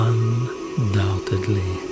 Undoubtedly